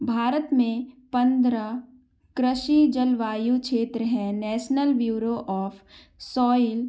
भारत में पंद्रह कृषि जलवायु छेत्र हैं नैशनल ब्यूरो ऑफ़ सॉइल